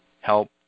help